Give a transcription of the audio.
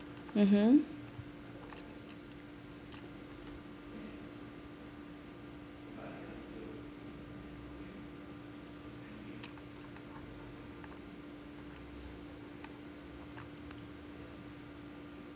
mmhmm